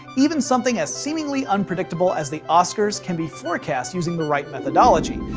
even something as seemingly unpredictable as the oscars can be forecast using the right methodology.